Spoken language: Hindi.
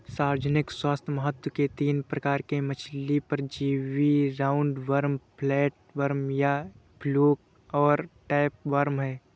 सार्वजनिक स्वास्थ्य महत्व के तीन प्रकार के मछली परजीवी राउंडवॉर्म, फ्लैटवर्म या फ्लूक और टैपवार्म है